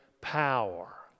power